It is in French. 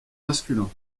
masculin